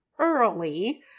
early